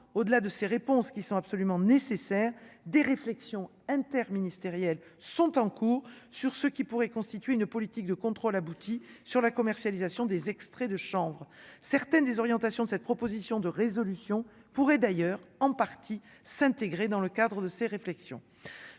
au-delà de ces réponses qui sont absolument nécessaires, des réflexions inter ministériels sont en cours sur ce qui pourrait constituer une politique de contrôle aboutit sur la commercialisation des extraits de chanvre certaines des orientations de cette proposition de résolution pourrait d'ailleurs en partie s'intégrer dans le cadre de ses réflexions,